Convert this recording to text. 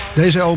Deze